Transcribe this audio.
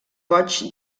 goigs